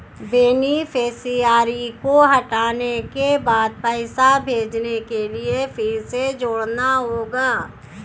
beneficiary को हटाने के बाद पैसे भेजने के लिए फिर से जोड़ना होगा